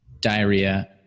diarrhea